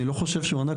אני לא חושב שהוא ענק,